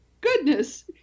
goodness